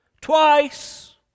twice